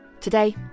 Today